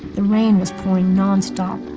the rain was pouring nonstop.